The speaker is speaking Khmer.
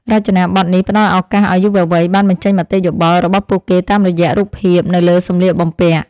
រចនាប័ទ្មនេះផ្តល់ឱកាសឱ្យយុវវ័យបានបញ្ចេញមតិយោបល់របស់ពួកគេតាមរយៈរូបភាពនៅលើសម្លៀកបំពាក់។